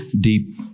deep